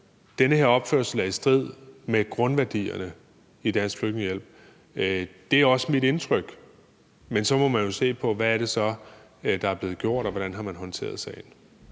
den her opførsel er i strid med grundværdierne i Dansk Flygtningehjælp. Det er også mit indtryk. Men så må man jo se på, hvad det så er, der er blevet gjort, og hvordan man har håndteret sagen.